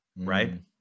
right